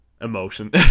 emotion